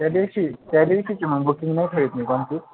त्या दिवशी त्या दिवशी ना बुकिंग